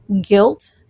guilt